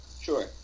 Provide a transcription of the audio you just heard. Sure